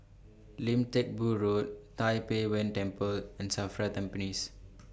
Lim Teck Boo Road Tai Pei Yuen Temple and SAFRA Tampines